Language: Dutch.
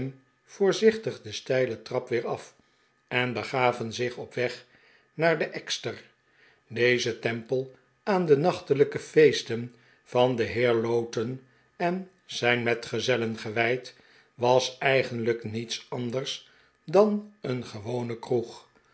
voorzichtig de steile trap weer af en begaven zich op weg naar de ekster deze tempel aan de nachtelijke feesten van den heer lowten en zijn metgezellen gewijd was eigenlijk niets anders dan een gewone kroeg